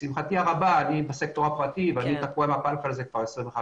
לשמחתי הרבה אני בסקטור הפרטי ואני תקוע עם הפלקל הזה כבר 35